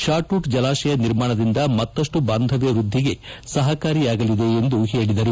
ಶಾಟೂಟ್ ಜಲಾಶಯ ನಿರ್ಮಾಣದಿಂದ ಮತ್ತಷ್ಟು ಬಾಂಧವ್ಕ ವೃದ್ಧಿಗೆ ಸಹಕಾರಿಯಾಗಲಿದೆ ಎಂದು ಅವರು ಹೇಳಿದರು